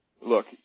look